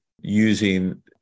using